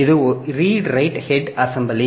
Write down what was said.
இது read write head assembly